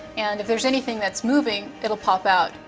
and if there's anything that's moving, it'll pop out.